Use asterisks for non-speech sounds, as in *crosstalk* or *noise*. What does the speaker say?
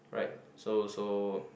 right so *noise* so